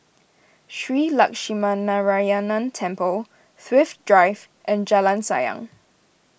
Shree Lakshminarayanan Temple Thrift Drive and Jalan Sayang